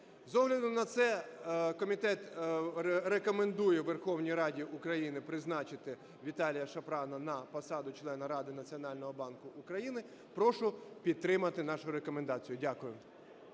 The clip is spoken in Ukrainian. З огляду на це, комітет рекомендує Верховній Раді України призначити Віталія Шапрана на посаду члена Ради Національного банку України. Прошу підтримати нашу рекомендацію. Дякую.